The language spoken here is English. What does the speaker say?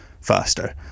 faster